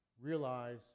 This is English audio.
realize